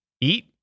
eat